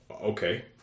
Okay